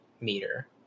meter